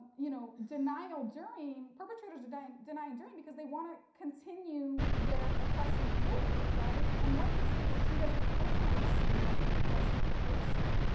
you know, denial during, perpetrators are denying during, because they want to continue their oppressive rule, right? and one could say, well, she doesn't personally seem like an oppressive person.